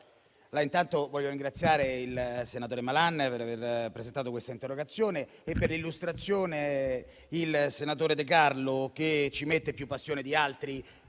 Intanto voglio ringraziare il senatore Malan per aver presentato questa interrogazione e voglio ringraziare per l'illustrazione il senatore De Carlo, che ci mette più passione di altri,